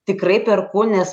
tikrai perku nes